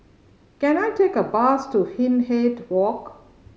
can I take a bus to Hindhede Walk